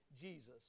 Jesus